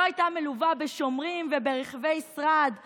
לא הייתה מלווה בשומרים וברכבי שרד ממוגנים,